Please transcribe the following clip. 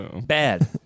bad